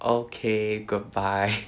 okay goodbye